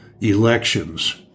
elections